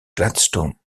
gladstone